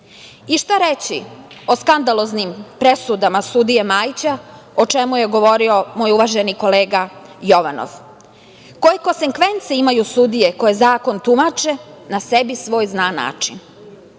reći o skandaloznim presudama sudije Majića, o čemu je govorio moj uvaženi kolega Jovanov? Koje konsekvence imaju sudije koje zakon tumače na sebi svoj znan